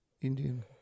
Indian